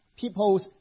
people's